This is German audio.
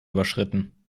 überschritten